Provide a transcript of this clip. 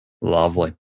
Lovely